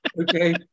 okay